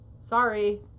Sorry